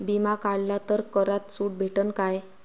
बिमा काढला तर करात सूट भेटन काय?